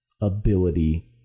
ability